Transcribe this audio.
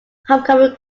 homecoming